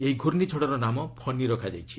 ଏହି ଘୁର୍ଷ୍ଣିଝଡ଼ର ନାମ 'ଫନି' ରଖାଯାଇଛି